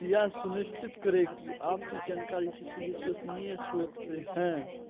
यह सुनिश्चित करें कि आपकी जानकारी किसी विश्वसनीय स्रोत से है